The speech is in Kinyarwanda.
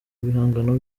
bihangano